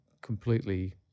completely